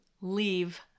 leave